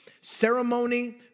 ceremony